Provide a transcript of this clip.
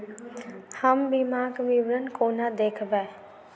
हम बीमाक विवरण कोना देखबै?